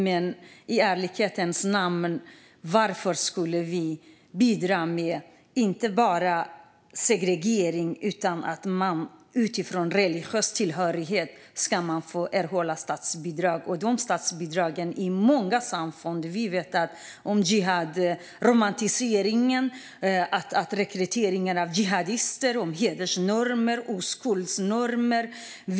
Men, i ärlighetens namn, varför ska vi inte bara bidra till segregering utan se till att man kan erhålla statsbidrag utifrån religiös tillhörighet? De statsbidragen går i många fall till samfund där vi vet att det förekommer romantisering av jihad, rekrytering av jihadister och heders och oskuldsnormer.